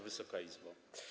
Wysoka Izbo!